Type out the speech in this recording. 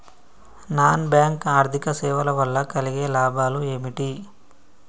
Non bank ఆర్థిక సేవల వల్ల కలిగే లాభాలు ఏమిటి?